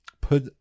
put-